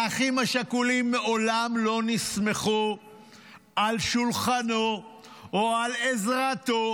האחים השכולים מעולם לא נסמכו על שולחנו או על עזרתו